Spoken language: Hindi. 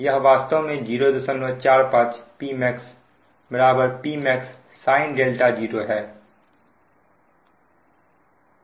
यह वास्तव में 045Pmax Pmax sin 0 है